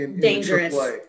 Dangerous